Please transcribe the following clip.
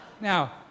Now